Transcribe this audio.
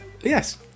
yes